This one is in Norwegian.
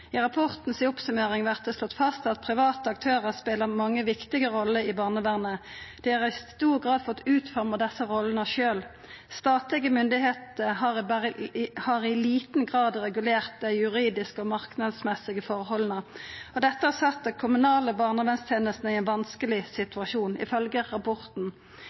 I rapporten si oppsummering vert det slått fast at private aktørar speler mange viktige roller i barnevernet. Dei har i stor grad fått utforma desse rollene sjølve. Statlege myndigheiter har i liten grad regulert dei juridiske og marknadsmessige forholda, og dette set dei kommunale barnevernstenestene i ein vanskeleg situasjon, ifølgje rapporten.